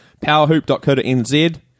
Powerhoop.co.nz